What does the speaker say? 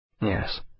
Yes